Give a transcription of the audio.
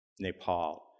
Nepal